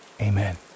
amen